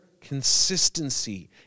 consistency